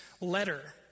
letter